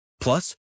Plus